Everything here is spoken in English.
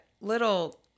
little